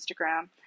Instagram